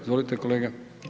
Izvolite kolega.